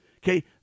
Okay